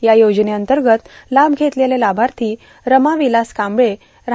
या योजनेअंतर्गत लाभ घेतलेली लाभार्थी रमा विलास कांबळे रा